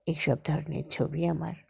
এইসব ধরনের ছবি আমার